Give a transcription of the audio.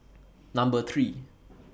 Number three